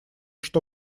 что